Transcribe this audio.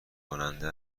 کننده